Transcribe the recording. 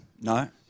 No